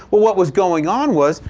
well, what was going on was,